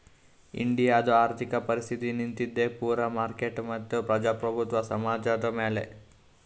ಇಂಡಿಯಾದು ಆರ್ಥಿಕ ಪರಿಸ್ಥಿತಿ ನಿಂತಿದ್ದೆ ಪೂರಾ ಮಾರ್ಕೆಟ್ ಮತ್ತ ಪ್ರಜಾಪ್ರಭುತ್ವ ಸಮಾಜದ್ ಮ್ಯಾಲ